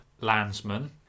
Landsman